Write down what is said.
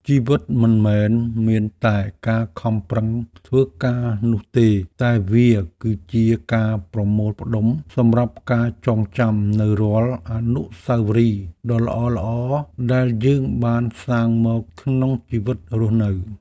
ជីវិតមិនមែនមានតែការខំប្រឹងធ្វើការនោះទេតែវាគឺជាការប្រមូលផ្ដុំសម្រាប់ការចងចាំនូវរាល់អនុស្សាវរីយ៍ដ៏ល្អៗដែលយើងបានសាងមកក្នុងជីវិតរស់នៅ។